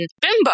bimbo